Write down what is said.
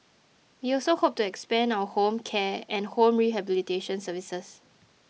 we also hope to expand our home care and home rehabilitation services